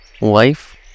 life